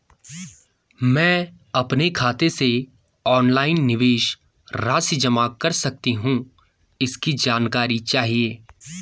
मैं अपने खाते से ऑनलाइन निवेश राशि जमा कर सकती हूँ इसकी जानकारी चाहिए?